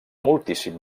moltíssim